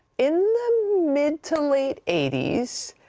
in the mid to late eighty s,